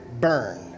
burn